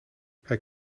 hij